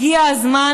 הגיע הזמן